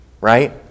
Right